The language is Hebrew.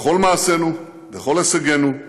בכל מעשינו, בכל הישגינו,